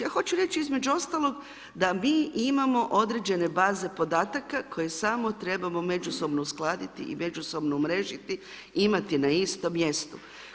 Ja hoću reći, između ostaloga, da mi imamo određene baze podataka, koje samo trebamo međusobno uskladiti i međusobno umrežiti, imati na istom mjestu.